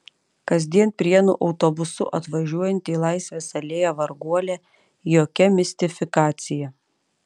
kasdien prienų autobusu atvažiuojanti į laisvės alėją varguolė jokia mistifikacija